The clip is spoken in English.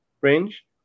range